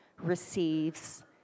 receives